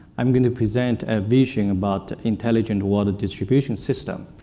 i'm going to present a vision about intelligent water distribution system.